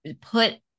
put